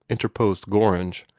interposed gorringe.